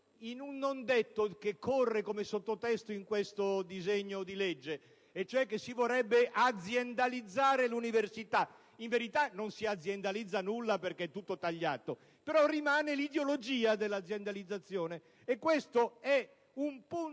in un non detto che corre come sottotesto in questo disegno di legge, cioè che si vorrebbe aziendalizzare l'università. In verità non si aziendalizza nulla perché è tutto tagliato; però rimane l'ideologia dell'aziendalizzazione. E questo è un punto